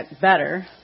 better